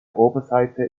oberseite